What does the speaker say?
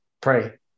pray